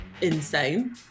insane